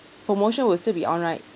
promotion will still be on right